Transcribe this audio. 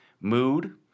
Mood